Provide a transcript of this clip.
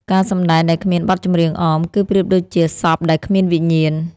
ការសម្ដែងដែលគ្មានបទចម្រៀងអម គឺប្រៀបដូចជាសពដែលគ្មានវិញ្ញាណ។